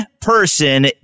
person